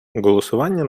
голосування